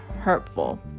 hurtful